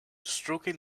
stroking